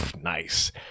nice